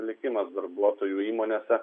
likimas darbuotojų įmonėse